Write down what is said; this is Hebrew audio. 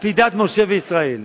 על-פי דת משה וישראל.